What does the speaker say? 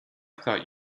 thought